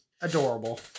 Adorable